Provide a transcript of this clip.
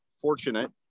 fortunate